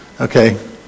Okay